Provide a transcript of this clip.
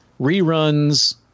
reruns